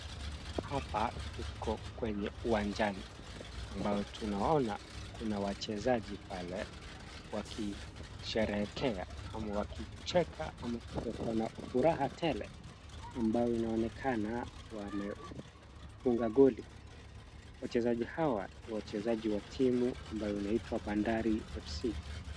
Hapa tuko kwenye uwanjani ambao tunaona kuna wachezaji pale wakisherehekea ama wakicheka ama wakona furaha tele ambayo inaonekana wamefunga goli. Wachezaji hawa ni wachezaji wa timu ambayo inaitwa Bandari FC.